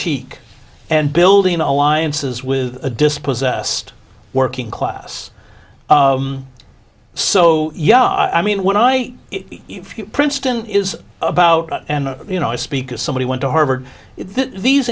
e and building alliances with a dispossessed working class so yeah i mean when i princeton is about and you know i speak as somebody went to harvard these